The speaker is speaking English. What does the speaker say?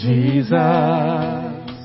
Jesus